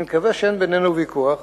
אני מקווה שאין בינינו ויכוח,